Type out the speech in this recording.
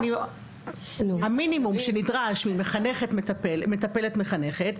המינימום שנדרש ממטפלת מחנכת,